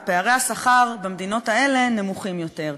ופערי השכר במדינות האלה נמוכים יותר.